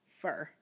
fur